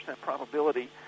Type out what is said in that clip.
probability